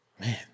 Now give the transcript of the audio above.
man